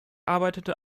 arbeitete